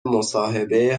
مصاحبه